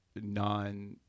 non-